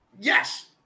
yes